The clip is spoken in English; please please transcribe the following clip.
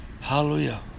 hallelujah